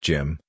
Jim